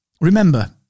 remember